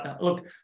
look